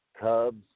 cubs